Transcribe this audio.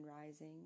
rising